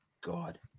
God